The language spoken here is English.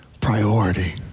priority